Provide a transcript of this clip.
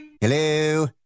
Hello